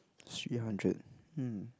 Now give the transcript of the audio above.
three hundred um